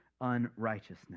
unrighteousness